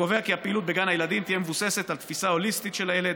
וקובע כי הפעילות בגן הילדים תהיה מבוססת על תפיסה הוליסטית של הילד,